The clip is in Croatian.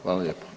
Hvala lijepo.